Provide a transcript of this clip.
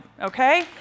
Okay